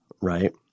right